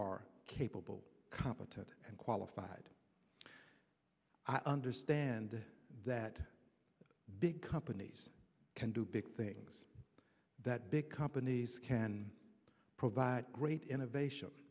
are capable competent and qualified i understand that big companies can do big things that big companies can provide great innovation